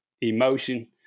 emotion